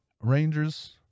Rangers